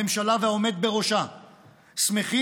הממשלה והעומד בראשה שמחים,